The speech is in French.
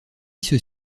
ceux